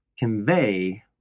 convey